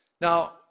Now